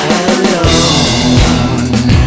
alone